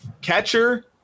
catcher